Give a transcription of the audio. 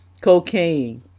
cocaine